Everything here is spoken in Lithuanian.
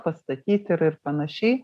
pastatyt ir ir panašiai